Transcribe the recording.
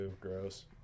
gross